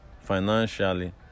financially